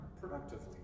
productively